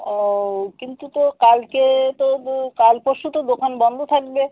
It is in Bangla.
ও কিন্তু তো কালকে তবু কাল পরশু তো দোকান বন্ধ থাকবে